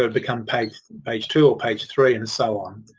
ah become page page two or page three and so on.